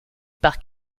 par